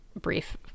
brief